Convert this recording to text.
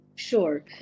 Sure